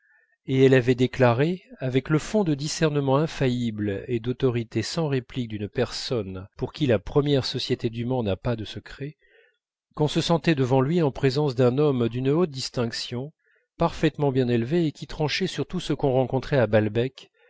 et elle avait déclaré avec le fond de discernement infaillible et d'autorité sans réplique d'une personne pour qui la première société du mans n'a pas de secrets qu'on se sentait devant lui en présence d'un homme d'une haute distinction parfaitement bien élevé et qui tranchait sur tout ce qu'on rencontrait à balbec